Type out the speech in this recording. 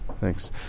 Thanks